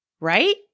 right